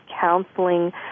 counseling